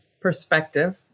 perspective